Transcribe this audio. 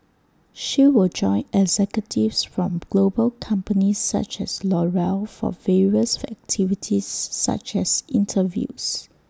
she will join executives from global companies such as L'Oreal for various activities such as interviews